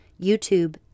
YouTube